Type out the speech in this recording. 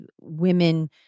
women